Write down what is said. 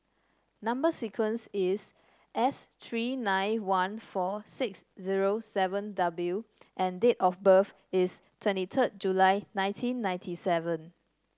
number sequence is S three nine one four six zero seven W and date of birth is twenty third July nineteen ninety seven